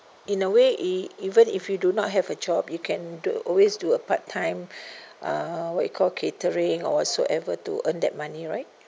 in a way e~ even if you do not have a job you can do always do a part time uh what you call catering or whatsoever to earn that money right